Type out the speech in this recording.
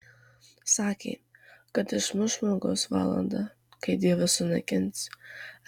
sakė kad išmuš žmogaus valanda kai dievas sunaikins